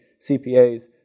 CPAs